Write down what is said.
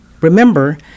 remember